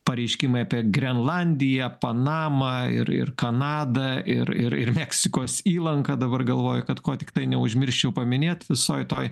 pareiškimai apie grenlandiją panamą ir ir kanadą ir ir ir meksikos įlanką dabar galvoju kad ko tiktai neužmirščiau paminėt visoj toj